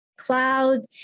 Cloud